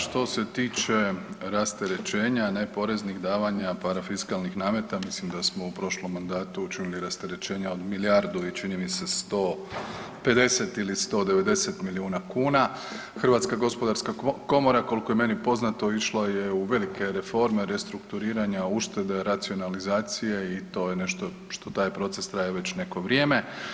Što se tiče rasterećenja, neporeznih davanja, parafiskalnih nameta mislim da smo u prošlom mandatu čuli rasterećenja od milijardu i čini mi se 150 ili 190 milijuna kuna, Hrvatska gospodarska komora koliko je meni poznato išla je u velike reforme, restrukturiranja, uštede, racionalizacije i to je nešto što taj proces traje već neko vrijeme.